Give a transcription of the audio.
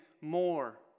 more